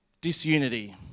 disunity